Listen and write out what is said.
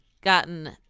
gotten